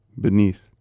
beneath